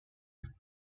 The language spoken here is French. fils